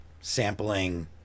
sampling